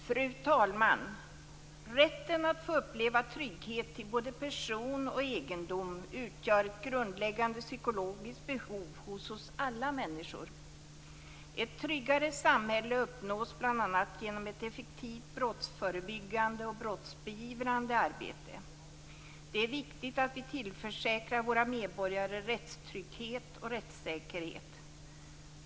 Fru talman! Rätten att få uppleva trygghet till både person och egendom utgör ett grundläggande psykologiskt behov hos alla människor. Ett tryggare samhälle uppnås bl.a. genom ett effektivt brottsförebyggande och brottsbeivrande arbete. Det är viktigt att vi tillförsäkrar våra medborgare rättstrygghet och rättssäkerhet.